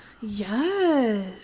Yes